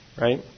right